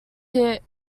hit